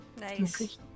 Nice